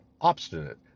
obstinate